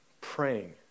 praying